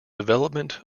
development